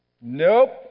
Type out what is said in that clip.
Nope